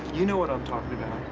you know what i'm talking about.